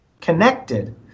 connected